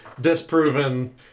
disproven